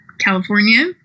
california